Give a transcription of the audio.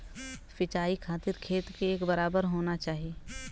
सिंचाई खातिर खेत के एक बराबर होना चाही